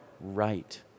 right